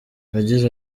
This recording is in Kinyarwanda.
yagize